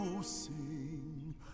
sing